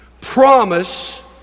promise